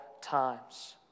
times